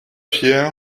fier